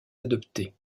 adopté